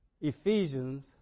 Ephesians